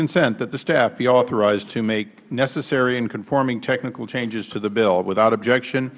consent that the staff be authorized to make necessary and conforming technical changes to the bill without objection